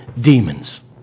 demons